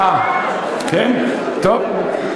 אה, כן, טוב.